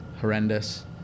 horrendous